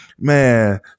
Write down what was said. Man